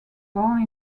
born